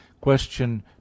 Question